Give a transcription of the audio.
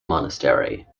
monastery